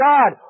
God